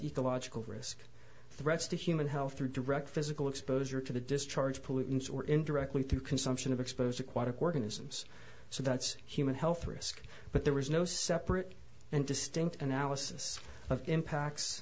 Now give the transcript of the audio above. ecological risk threats to human health through direct physical exposure to the discharge pollutants or indirectly through consumption of exposed aquatic organisms so that's human health risk but there is no separate and distinct analysis of impacts